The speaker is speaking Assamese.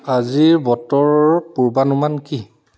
আজিৰ বতৰৰ পূৰ্বানুমান কি